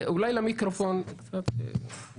אני